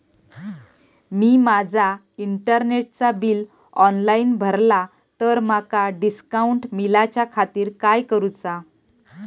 मी माजा इंटरनेटचा bill online भरला तर माका डिस्काउंट मिलाच्या खातीर काय करुचा?